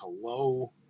hello